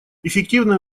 эффективное